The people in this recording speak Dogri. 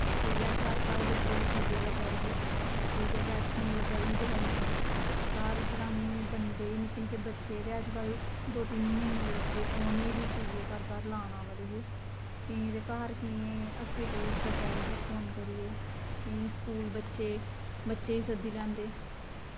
ठीक ऐ घर घर बच्चें दे टीके लग्गा दे हे ठीक ऐ वैक्सीन लग्गा दी ही दवाइयें दी हर जरानियें गी बंदें गी निक्के बच्चें गी ते अज्जकल दौ तीन म्हीनै दे बच्चे उनेंगी बी टीके लाने गी घर घर आवा दे हे केइयें गी घर ते केइयें गी हॉस्पिटल सद्दा दे हे फोन करियै केईं स्कूल बच्चे बच्चें ई सद्धी लैंदे